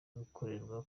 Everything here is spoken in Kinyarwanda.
gukorerwa